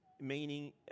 meaning